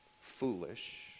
foolish